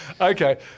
Okay